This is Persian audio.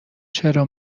چرا